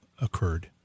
occurred